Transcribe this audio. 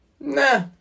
Nah